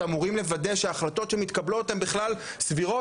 שאמורים לוודא שהחלטות שמתקבלות הן בכלל סבירות,